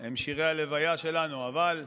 הם שירי הלוויה שלנו, אבל,